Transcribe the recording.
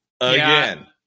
Again